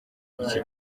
iki